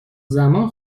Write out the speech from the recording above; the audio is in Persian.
زمان